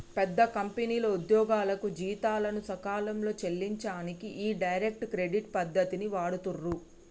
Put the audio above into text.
పెద్ద కంపెనీలు ఉద్యోగులకు జీతాలను సకాలంలో చెల్లించనీకి ఈ డైరెక్ట్ క్రెడిట్ పద్ధతిని వాడుతుర్రు